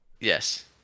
Yes